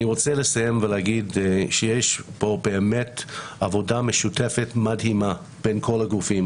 אני רוצה לסיים ולהגיד שיש פה באמת עבודה משותפת מדהימה בין כל הגופים.